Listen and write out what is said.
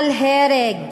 על הרג,